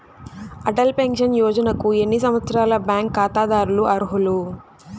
Atal pension యోజనకు ఎన్ని సంవత్సరాల బ్యాంక్ ఖాతాదారులు అర్హులు?